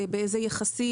ובאיזה יחסים.